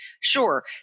Sure